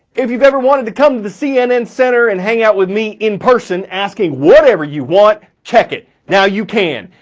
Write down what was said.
if you've ever wanted to come to the cnn center and hang out with me in person, asking whatever you want check it. now you can.